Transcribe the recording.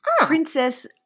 Princess